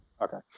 Okay